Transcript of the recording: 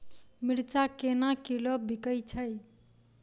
मिर्चा केना किलो बिकइ छैय?